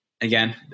Again